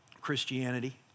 Christianity